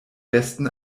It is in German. besten